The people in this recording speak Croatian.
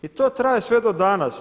I to traje sve do danas.